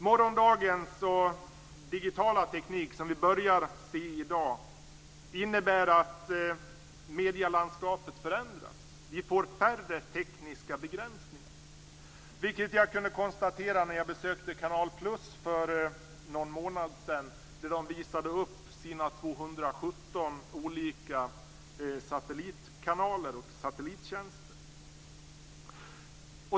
Morgondagens digitala teknik som vi börjar se i dag innebär att medielandskapet förändras. Vi får färre tekniska begränsningar. Det kunde jag konstatera när jag besökte Canal+ för någon månad sedan. Där visade man upp sina 217 olika satellitkanaler och satellittjänster.